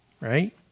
right